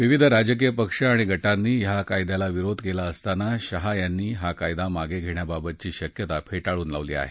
विविध राजकीय पक्ष आणि गटांनी या कायद्याला विरोध केला असताना शहा यांनी हा कायदा मागे घेण्याबाबतची शक्यता फेटाळून लावली आहे